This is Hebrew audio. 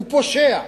הוא פושע,